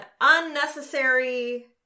unnecessary